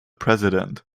president